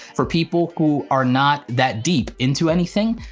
for people who are not that deep into anything,